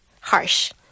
harsh